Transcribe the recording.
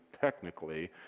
technically